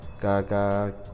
Gaga